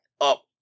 up